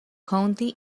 county